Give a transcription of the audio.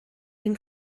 ein